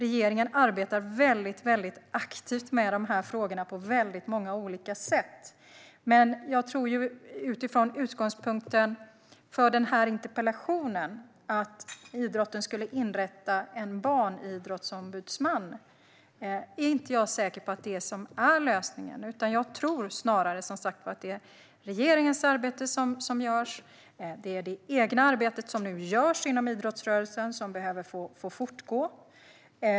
Vi arbetar väldigt aktivt med de här frågorna på många olika sätt. Utgångspunkten i den här interpellationen, att idrotten skulle inrätta en barnidrottsombudsman, är jag dock inte säker på är en lösning. Snarare tror jag att det är regeringens arbete som nu görs liksom det egna arbete som görs inom idrottsrörelsen som behöver fortgå.